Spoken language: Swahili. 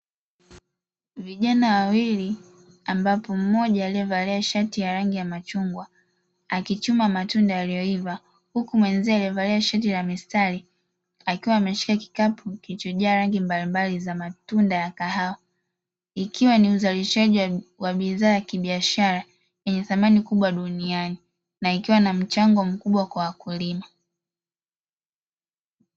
Vijana wawili ambapo mmoja aliyevalia sharti ya rangi ya machungwa akichuma matunda yaliyoiva, huku mwenziwe amevalia shati ya mistari akiwa ameshika kikapu kilichojaa rangi mbalimbali za matunda ya kahawa, ikiwa ni uzalishaji wa bidhaa ya kibiashara yenye thamani kubwa duniani na ikiwa na mchango mkubwa kwa wakulima.